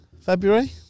february